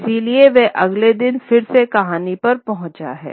इसलिए वह अगले दिन फिर से कहानी पर पहुंचा हैं